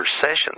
sessions